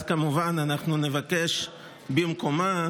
אז כמובן אנחנו נבקש במקומה,